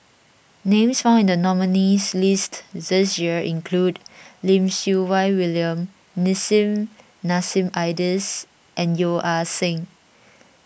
names found nominees' list this year include Lim Siew Wai William Nissim Nassim Adis and Yeo Ah Seng